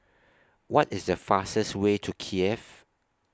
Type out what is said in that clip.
What IS The fastest Way to Kiev